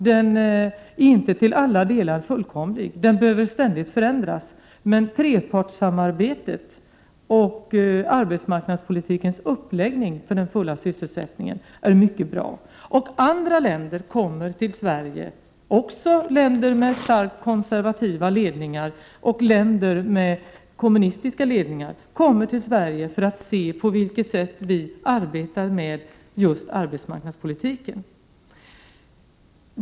Den är således inte till alla delar fullkomlig, utan den behöver ständigt förändras. Men trepartssamarbetet och arbetsmarknadspolitikens uppläggning för den fulla sysselsättningen är mycket bra. Från andra länder kommer man till Sverige — det gäller både länder med starkt konservativa ledningar och länder med kommunistiska ledningar — för att se på vilket sätt vi arbetar med just arbetsmarknadspolitiken.